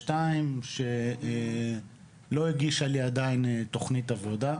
ב-2022 שלא הגישה לי עדיין תכנית עבודה.